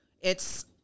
it's-